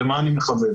למה אני מכוון?